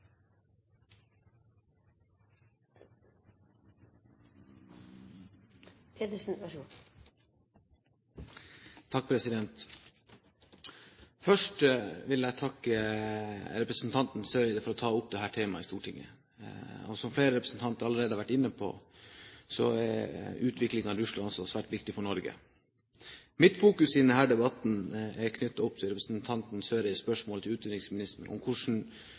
Søreide for å ta opp dette temaet i Stortinget. Som flere representanter allerede har vært inne på, er utviklingen i Russland også svært viktig for Norge. Mitt fokus i denne debatten er knyttet til representanten Eriksen Søreides spørsmål til utenriksministeren om hvilke vurderinger utenriksministeren har av den innenrikspolitiske situasjonen knyttet til det sivile samfunn, og da spesielt hvordan